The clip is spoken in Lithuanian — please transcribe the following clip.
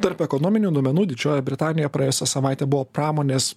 tarp ekonominių duomenų didžioji britanija praėjusią savaitę buvo pramonės